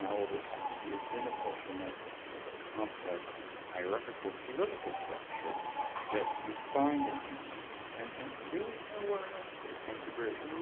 all this happens within a social network as a complex hierarchical, political structure that you find in humans and and really nowhere else to the same degree.